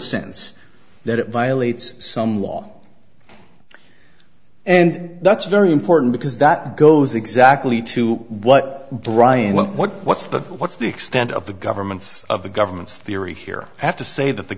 sense that it violates some law and that's very important because that goes exactly to what brian what what's the what's the extent of the government's of the government's theory here have to say that the